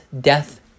death